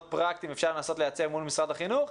פרקטיים אפשר לנסות לייצר מול משרד החינוך.